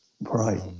Right